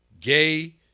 gay